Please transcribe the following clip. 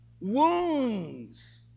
Wounds